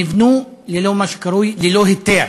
נבנו, מה שקרוי, ללא היתר.